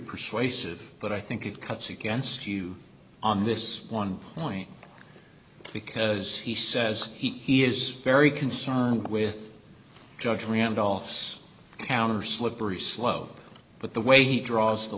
persuasive but i think it cuts against you on this on mine because he says he is very concerned with judge randolph's counter slippery slope but the way he draws the